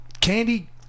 Candy